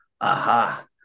aha